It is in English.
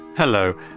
Hello